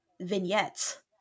vignettes